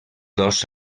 dos